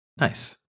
Nice